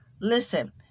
Listen